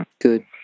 good